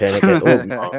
Panic